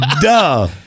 Duh